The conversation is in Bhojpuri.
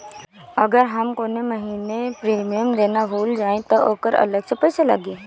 अगर हम कौने महीने प्रीमियम देना भूल जाई त ओकर अलग से पईसा लागी?